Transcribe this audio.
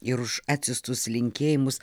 ir už atsiųstus linkėjimus